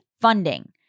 Funding